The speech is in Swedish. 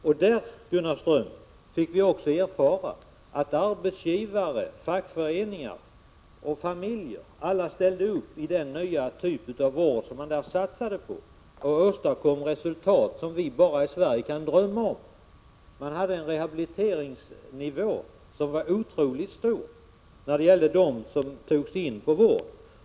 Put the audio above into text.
På Island fick vi också erfara, Gunnar Ström, hur arbetsgivare, fackföreningar och familjer ställde upp i den nya typ av vård som man där satsade på och hur de åstadkom resultat som vi i Sverige bara kan drömma om. De hade en rehabiliteringsnivå, som var otroligt hög när det gällde dem som togs in för vård.